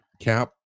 cap